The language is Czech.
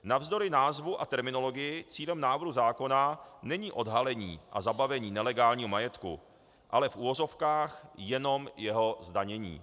Navzdory názvu a terminologii, cílem návrhu zákona není odhalení a zabavení nelegálního majetku, ale v uvozovkách jenom jeho zdanění.